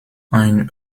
ein